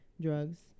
drugs